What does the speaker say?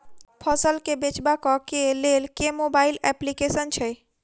फसल केँ बेचबाक केँ लेल केँ मोबाइल अप्लिकेशन छैय?